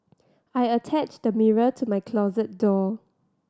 I attached the mirror to my closet door